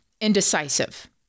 indecisive